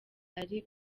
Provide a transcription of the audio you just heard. ari